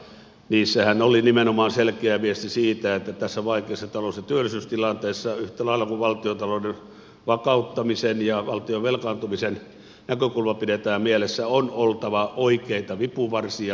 niissähän oli nimenomaan selkeä viesti siitä että tässä vaikeassa talous ja työllisyystilanteessa yhtä lailla kuin valtiontalouden vakauttamisen ja valtion velkaantumisen näkökulma pidetään mielessä on oltava oikeita vipuvarsia kasvupanostuksia